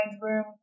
room